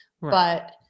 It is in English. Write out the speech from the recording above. but-